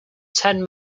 ten